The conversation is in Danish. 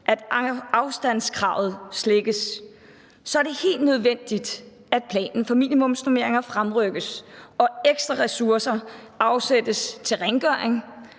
at afstandskravet slækkes, er det helt nødvendigt, at planen for minimumsnormeringer fremrykkes, og at ekstra ressourcer afsættes til rengøring